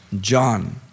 John